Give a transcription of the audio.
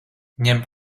ņem